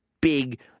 big